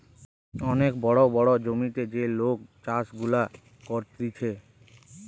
অনেক বড় বড় জমিতে যে লোক চাষ গুলা করতিছে